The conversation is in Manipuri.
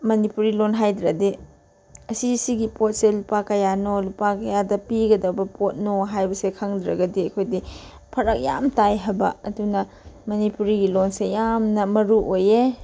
ꯃꯅꯤꯄꯨꯔꯤ ꯂꯣꯟ ꯍꯥꯏꯗ꯭ꯔꯗꯤ ꯑꯁꯤꯁꯤꯒꯤ ꯄꯣꯠꯁꯦ ꯂꯨꯄꯥ ꯀꯌꯥꯅꯣ ꯂꯨꯄꯥ ꯀꯌꯥꯗ ꯄꯤꯒꯗꯕ ꯄꯣꯠꯅꯣ ꯍꯥꯏꯕꯁꯦ ꯈꯪꯗ꯭ꯔꯒꯗꯤ ꯑꯩꯈꯣꯏꯗꯤ ꯐꯔꯛ ꯌꯥꯝ ꯇꯥꯏ ꯍꯥꯏꯕ ꯑꯗꯨꯅ ꯃꯅꯤꯄꯨꯔꯤꯒꯤ ꯂꯣꯟꯁꯦ ꯌꯥꯝꯅ ꯃꯔꯨ ꯑꯣꯏꯌꯦ